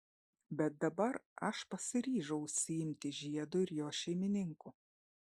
bet dabar aš pasiryžau užsiimti žiedu ir jo šeimininku